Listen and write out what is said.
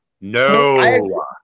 no